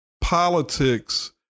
politics